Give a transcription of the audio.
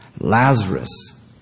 Lazarus